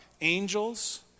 angels